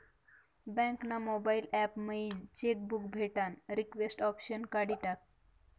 bank ना mobile app मयीन cheque book भेटानं रिक्वेस्ट ऑप्शन काढी टाकं